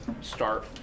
start